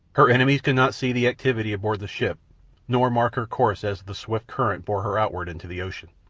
her enemies could not see the activity aboard the ship nor mark her course as the swift current bore her outward into the ocean.